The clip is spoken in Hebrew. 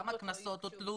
כמה קנסות הוטלו.